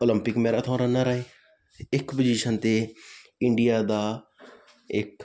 Olympic marathon runner ਆਏ ਇੱਕ position 'ਤੇ ਇੰਡੀਆ ਦਾ ਇੱਕ